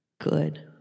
Good